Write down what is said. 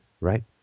right